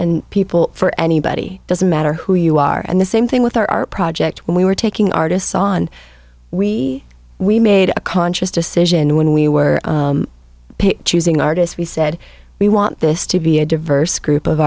and people for anybody doesn't matter who you are and the same thing with our art project when we were taking artists on we we made a conscious decision when we were choosing artists we said we want this to be a diverse group of